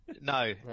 no